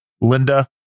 Linda